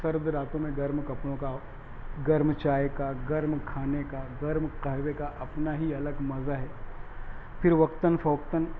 سرد راتوں میں گرم کپڑوں کا گرم چائے کا گرم کھانے کا گرم قہوے کا اپنا ہی الگ مزہ ہے پھر وقتاً فوقتاً